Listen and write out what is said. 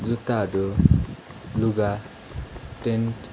जुत्ताहरू लुगा टेन्ट